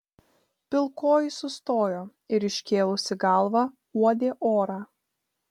pilkoji sustojo ir iškėlusi galvą uodė orą